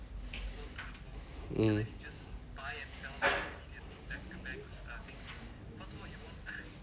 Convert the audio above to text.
mm